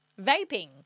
vaping